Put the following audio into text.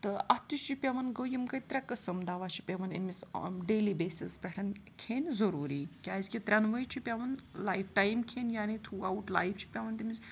تہٕ اَتھ تہِ چھُ پٮ۪وان گوٚو یِم گٔے ترٛےٚ قٕسٕم دوا چھِ پٮ۪وان أمِس ڈیلی بیسٕز پٮ۪ٹھ کھیٚنۍ ضٔروٗری کیٛازِکہِ ترٛٮ۪نؤے چھُ پٮ۪وان لایف ٹایم کھیٚنۍ یعنی تھرٛوٗ آوُٹ لایف چھُ پٮ۪وان تٔمِس